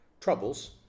troubles